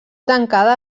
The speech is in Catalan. tancada